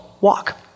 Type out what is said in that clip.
Walk